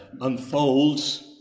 unfolds